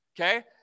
Okay